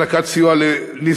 הענקת סיוע לנזקקים